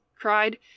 cried